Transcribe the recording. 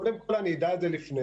קודם כול, אני אדע את זה לפני,